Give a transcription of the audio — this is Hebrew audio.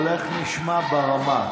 קולך נשמע ברמה.